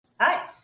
Hi